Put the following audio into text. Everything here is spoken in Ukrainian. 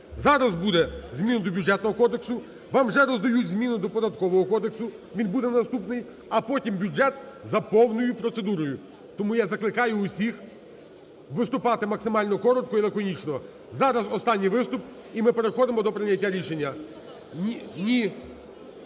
Зараз буде зміна до Бюджетного кодексу, вам вже роздають зміни до Податкового кодексу. Він буде наступний. А потім бюджет за повною процедурою. Тому я закликаю всіх виступати коротко і лаконічно. Зараз останній виступ - і ми переходимо до прийняття рішення.